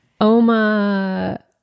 Oma